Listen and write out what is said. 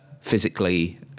physically